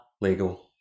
legal